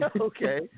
Okay